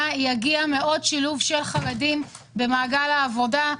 יגיע משילוב של חרדים במעגל העבודה.